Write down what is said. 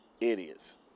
Idiots